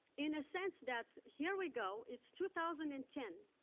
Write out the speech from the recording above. in a sense that, here we go, it's two thousand and ten,